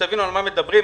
שתבינו על מה מדברים,